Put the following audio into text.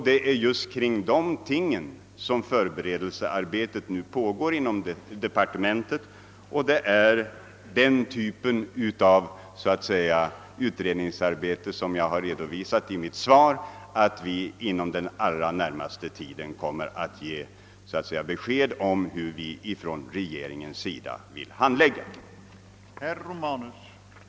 Det är ett förberedelsearbete härför som nu pågår inom departementet och som jag har redovisat för i mitt svar, då jag har sagt att vi inom den allra närmaste tiden kommer att ge besked om hur vi inom regeringen menar att man bör handlägga dessa frågor.